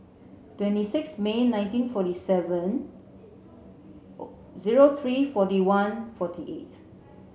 twenty six May nineteen forty seven zero three forty one forty eight